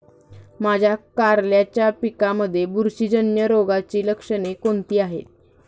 माझ्या कारल्याच्या पिकामध्ये बुरशीजन्य रोगाची लक्षणे कोणती आहेत?